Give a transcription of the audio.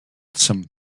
some